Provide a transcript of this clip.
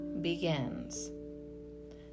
begins